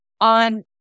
on